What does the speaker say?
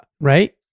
right